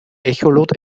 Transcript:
echolot